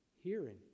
hearing